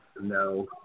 no